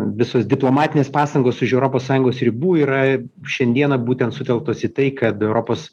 visos diplomatinės pastangos už europos sąjungos ribų yra šiandieną būtent sutelktos į tai kad europos